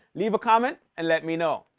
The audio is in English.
leave a comment and let me know.